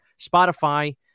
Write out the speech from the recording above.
Spotify